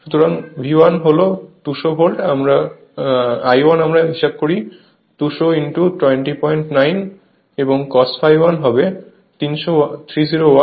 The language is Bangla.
সুতরাং V 1 হল 200 ভোল্ট I1 আমরা হিসাব করি 200209 এবং Cos ∅1 হবে 30